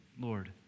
Lord